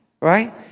right